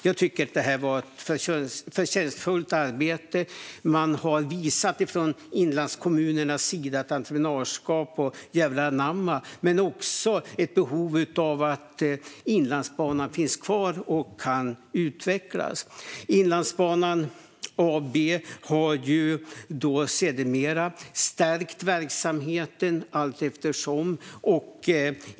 Jag tycker att det har varit ett förtjänstfullt arbete. Man har från inlandskommunernas sida visat prov på entreprenörskap och jävlaranamma. Man har också visat att det finns ett behov av att Inlandsbanan finns kvar och utvecklas. Inlandsbanan AB har sedermera stärkt verksamheten allteftersom.